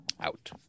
Out